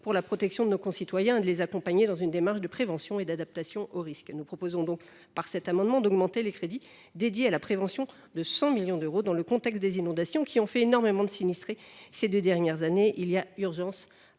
pour la protection de nos concitoyens et de les accompagner dans une démarche de prévention et d’adaptation au risque. Nous proposons donc, par cet amendement, d’augmenter les crédits consacrés à la prévention de 100 millions d’euros. Dans le contexte des inondations qui ont laissé tant de personnes sinistrées ces deux dernières années, il y a urgence